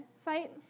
fight